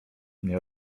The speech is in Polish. mnie